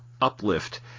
uplift